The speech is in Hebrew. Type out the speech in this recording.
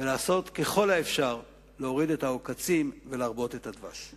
ולעשות ככל האפשר להוריד את העוקצים ולהרבות את הדבש.